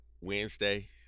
Wednesday